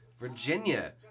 Virginia